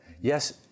yes